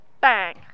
Bang